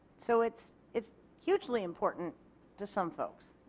so it is hugely important to some folks.